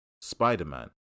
Spider-Man